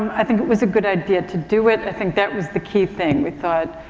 i think it was a good idea to do it. i think that was the key thing. we thought,